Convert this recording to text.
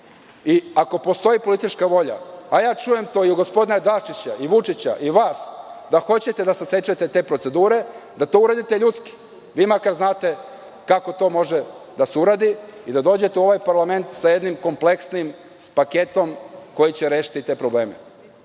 i ako postoji politička volja, a to čujem i od gospodina Dačića i Vučića, a i vas da hoćete da se sećate te procedure, da to uradite ljudski, vi makar znate kako to može da se uradi i da dođete u ovaj parlament sa jednim kompleksnim paketom koji će rešiti te probleme. Mi